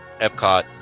Epcot